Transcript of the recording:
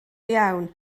iawn